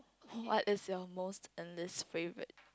what is your most and least favourite